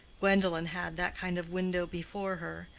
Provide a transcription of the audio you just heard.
gwendolen had that kind of window before her,